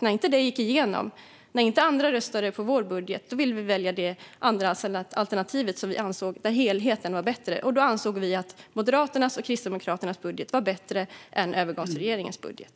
När detta inte gick igenom - när andra inte röstade på vår budget - valde vi det alternativ där vi ansåg att helheten var bäst. Då ansåg vi att Moderaternas och Kristdemokraternas budget var bättre än övergångsregeringens budget.